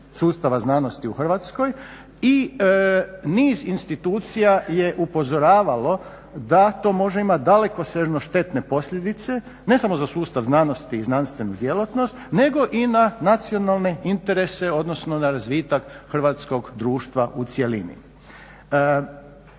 sustava znanosti u Hrvatskoj i niz institucija je upozoravalo da to može imati dalekosežne posljedice ne samo za sustav znanosti i znanstvenu djelatnost nego i na nacionalne interese odnosno na razvitak hrvatskog društva u cjelini.